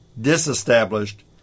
disestablished